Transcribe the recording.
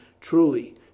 truly